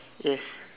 yes